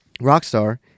Rockstar